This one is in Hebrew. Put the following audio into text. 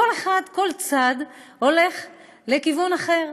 כל אחד, כל צד, הולך לכיוון אחר.